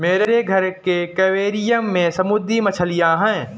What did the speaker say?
मेरे घर के एक्वैरियम में समुद्री मछलियां हैं